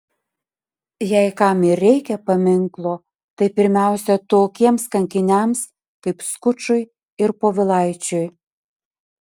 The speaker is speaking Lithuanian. jei kam ir reikia paminklo tai pirmiausia tokiems kankiniams kaip skučui ir povilaičiui